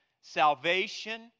Salvation